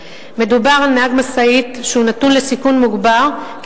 התאונות שלהם בסך התאונות במדינת ישראל הוא